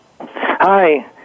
Hi